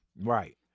Right